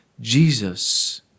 Jesus